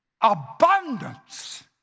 abundance